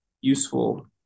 useful